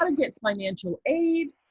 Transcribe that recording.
but get financial aid,